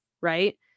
right